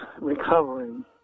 recovering